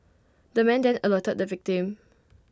the man then alerted the victim